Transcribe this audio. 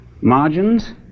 margins